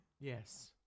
Yes